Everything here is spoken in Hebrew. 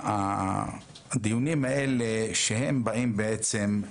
הדיונים האלה שהם באים בעצם,